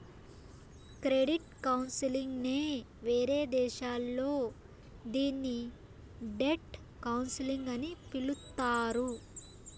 credit counselling నే వేరే దేశాల్లో దీన్ని డెట్ కౌన్సిలింగ్ అని పిలుత్తారు